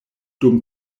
dum